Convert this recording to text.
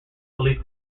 police